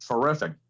terrific